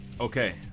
Okay